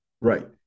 Right